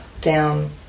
down